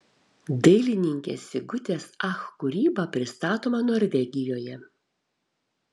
dailininkės sigutės ach kūryba pristatoma norvegijoje